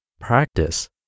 practice